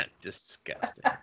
Disgusting